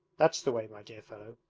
that's the way, my dear fellow,